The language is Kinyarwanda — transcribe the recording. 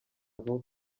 vuba